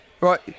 right